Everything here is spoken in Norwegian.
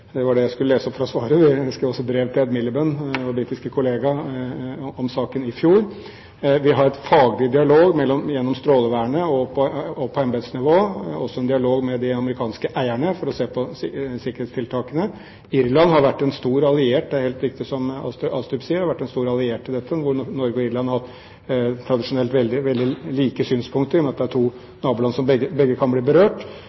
Det var det jeg skulle lese opp i det første svaret. Jeg skrev også brev til Ed Miliband, min britiske kollega, om saken i fjor. Vi har en faglig dialog gjennom Strålevernet og på embetsnivå. Vi har også en dialog med de amerikanske eierne for å se på sikkerhetstiltakene. Det er helt riktig, som Astrup sier, at Irland har vært en stor alliert her. Norge og Irland har tradisjonelt hatt veldig like synspunkter, i og med at det er to naboland som begge kan bli berørt.